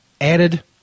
added